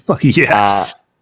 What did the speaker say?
Yes